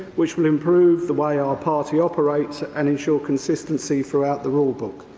which will improve the way our party operates and ensure consistency throughout the rule book.